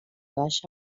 baixa